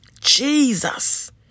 Jesus